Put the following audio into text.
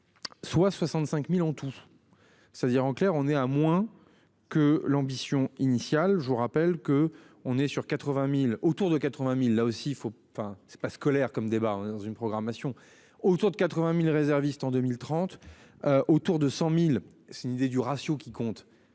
Soit 65.000 ont tout. C'est-à-dire en clair, on est à moins que l'ambition initiale. Je vous rappelle que on est sur 80.000 autour de 80.000, là aussi faut, enfin c'est pas scolaire comme débat dans une programmation autour de 80.000 réservistes, en 2030. Autour de 100.000. C'est une idée du ratio qui compte,